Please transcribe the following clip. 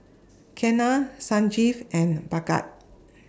Ketna Sanjeev and Bhagat